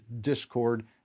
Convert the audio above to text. discord